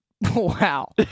Wow